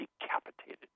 decapitated